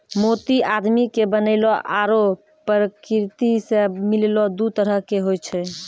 मोती आदमी के बनैलो आरो परकिरति सें मिललो दु तरह के होय छै